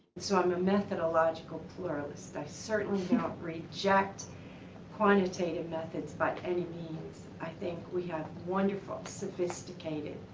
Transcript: so i'm a methodological pluralist. i certainly don't reject quantitative methods by any means. i think we have wonderful, sophisticated,